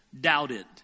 doubted